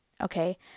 okay